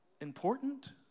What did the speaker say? important